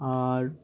আর